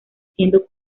siendo